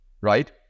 right